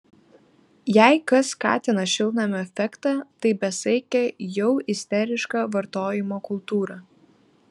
jei kas skatina šiltnamio efektą tai besaikė jau isteriška vartojimo kultūra